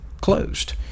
closed